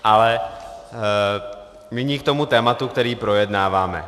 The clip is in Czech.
Ale nyní k tomu tématu, který projednáváme.